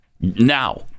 Now